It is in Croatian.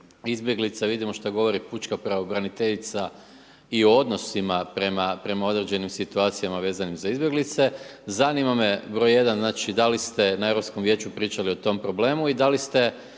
izbjeglica. Vidimo šta govori pučka pravobraniteljica i o odnosima prema određenim situacijama vezanim za izbjeglice, zanima me broj jedan, znači da li ste na Europskom vijeću pričali o tom problemu i da li ste